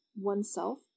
oneself